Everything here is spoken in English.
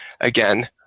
again